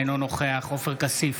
אינו נוכח עופר כסיף,